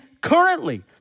currently